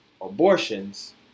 abortions